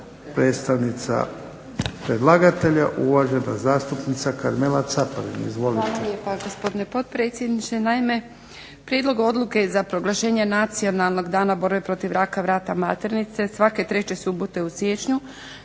Predstavnica predlagatelja, uvažena zastupnica Karmela Caparin. Izvolite. **Caparin, Karmela (HDZ)** Hvala lijepa, gospodine potpredsjedniče. Naime, Prijedlog odluke o proglašenju "Nacionalnog dana borbe protiv raka vrata maternice" svake treće subote u siječnju